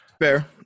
Fair